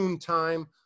time